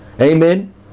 Amen